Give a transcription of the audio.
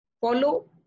follow